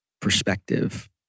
perspective